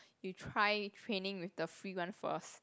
you try training with the free one first